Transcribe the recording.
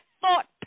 thought